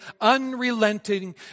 unrelenting